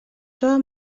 troba